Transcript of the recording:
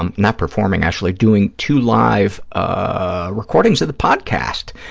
um not performing, actually, doing two live ah recordings of the podcast.